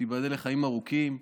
שתיבדל לחיים ארוכים,